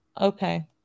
Okay